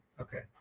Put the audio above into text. Okay